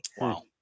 Wow